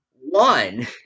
One